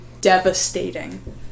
devastating